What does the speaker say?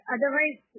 Otherwise